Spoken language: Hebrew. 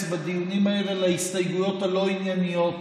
בדיונים האלה להסתייגויות הלא-ענייניות